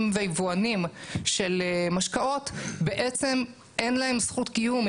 ויבואנים של משקאות בעצם אין להם זכות קיום.